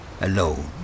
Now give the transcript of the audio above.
Alone